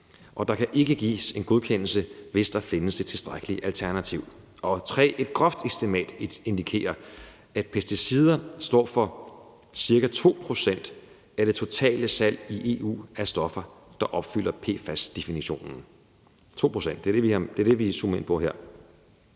og der kan ikke gives en godkendelse, hvis der findes et tilstrækkeligt alternativ. Punkt 3: Et groft estimat indikerer, at pesticider står for ca. 2 pct. af det totale salg i EU af stoffer, der opfylder PFAS-definitionen; 2 pct. er det, vi zoomer ind på her,